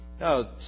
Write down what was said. No